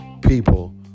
people